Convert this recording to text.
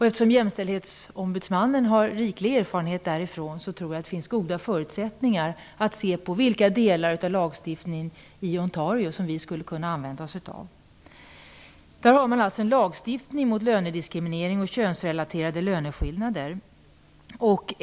Eftersom jämställdhetsombudsmannen har riklig erfarenhet därifrån tror jag det finns goda förutsättningar att se på vilka delar av lagstiftningen i Ontario som vi skulle kunna använda oss av. Där har man en lagstiftning mot lönediskriminering och könsrelaterade löneskillnader.